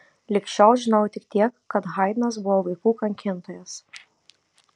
lig šiol žinojau tik tiek kad haidnas buvo vaikų kankintojas